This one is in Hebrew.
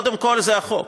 קודם כול, זה החוק.